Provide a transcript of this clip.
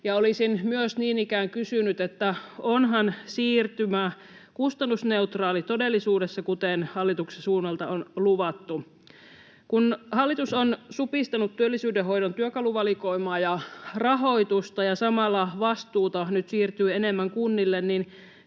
Olisin myös niin ikään kysynyt: onhan siirtymä kustannusneutraali todellisuudessa, kuten hallituksen suunnalta on luvattu? Kun hallitus on supistanut työllisyydenhoidon työkaluvalikoimaa ja rahoitusta ja samalla vastuuta nyt siirtyy enemmän kunnille, niin